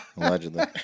Allegedly